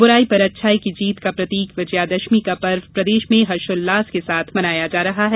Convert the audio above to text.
बुराई पर अच्छाई का प्रतीक विजयादशमी का पर्व प्रदेश में हर्षोल्लास के साथ मनाया जा रहा है